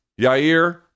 Yair